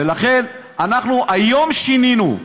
ולכן אנחנו היום שינינו.